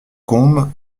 combe